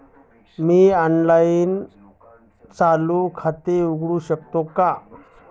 मी online चालू खाते उघडू शकते का?